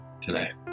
today